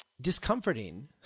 discomforting